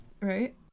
right